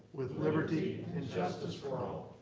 with liberty and justice for all.